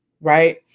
right